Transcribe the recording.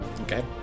Okay